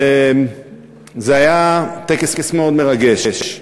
וזה היה טקס מאוד מרגש.